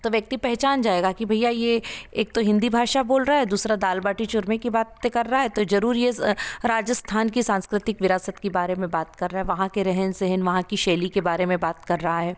तो व्यक्ति पहचान जाएगा की भईया ये एक तो हिन्दी भाषा बोल रहा है दूसरा दाल बाटे चूरमे की बातें कर रहा है तो जरूर ये राजस्थान के सांस्कृतिक विरासत की बारे में बात कर रहा है वहाँ के रहन सहन वहाँ की शैली के बारे में बात कर रहा है